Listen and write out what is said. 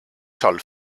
sol